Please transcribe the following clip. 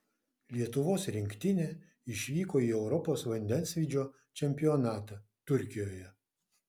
lietuvos rinktinė išvyko į europos vandensvydžio čempionatą turkijoje